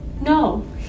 No